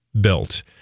built